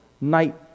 night